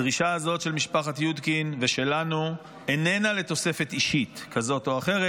הדרישה הזאת של משפחת יודקין ושלנו איננה לתוספת אישית כזאת או אחרת.